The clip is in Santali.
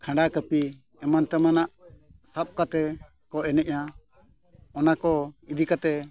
ᱠᱷᱟᱸᱰᱟ ᱠᱟᱹᱯᱤ ᱮᱢᱟᱱ ᱛᱮᱢᱟᱱᱟᱜ ᱥᱟᱵ ᱠᱟᱛᱮᱫ ᱠᱚ ᱮᱱᱮᱡᱼᱟ ᱚᱱᱟ ᱠᱚ ᱤᱫᱤ ᱠᱟᱛᱮᱫ